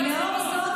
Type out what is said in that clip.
לאור זאת,